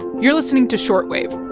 you're listening to short wave